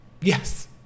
Yes